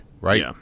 right